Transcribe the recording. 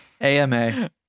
AMA